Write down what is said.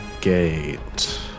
gate